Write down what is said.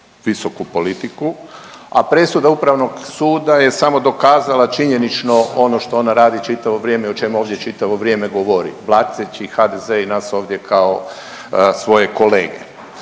visoku politiku, a presuda Upravnog suda je samo dokazala činjenično ono što ona radi čitavo vrijeme o čemu ovdje čitavo vrijeme govori, blateći HDZ i nas ovdje kao svoje kolege.